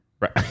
Right